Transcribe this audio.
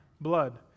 blood